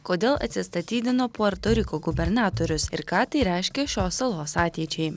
kodėl atsistatydino puerto riko gubernatorius ir ką tai reiškia šios salos ateičiai